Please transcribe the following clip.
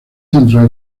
centros